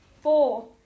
four